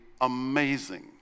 amazing